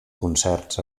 concerts